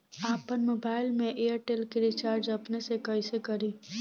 आपन मोबाइल में एयरटेल के रिचार्ज अपने से कइसे करि?